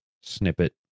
snippet